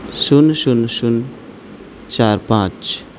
شونیہ شونیہ شونیہ چار پانچ